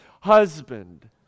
husband